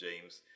James